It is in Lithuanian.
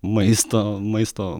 maisto maisto